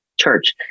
church